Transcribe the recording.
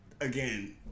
again